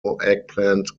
eggplant